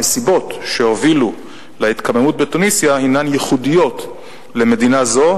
הנסיבות שהובילו להתקוממות בתוניסיה הינן ייחודיות למדינה זו,